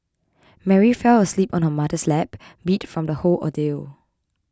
Mary fell asleep on her mother's lap beat from the whole ordeal